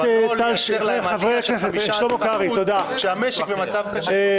אבל לא לייצר להם עלייה של 15% כשהמשק במצב קשה,